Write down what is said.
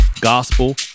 gospel